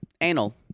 Anal